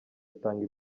atanga